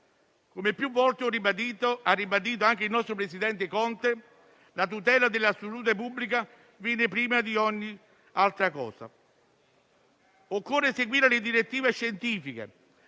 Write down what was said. Come più volte ha ribadito anche il nostro presidente Conte, la tutela della salute pubblica viene prima di ogni altra cosa. Occorre seguire le direttive scientifiche,